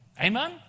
amen